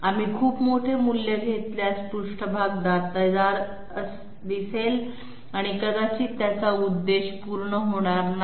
आम्ही खूप मोठे मूल्य घेतल्यास पृष्ठभाग दातेदार दिसेल आणि कदाचित त्याचा उद्देश पूर्ण होणार नाही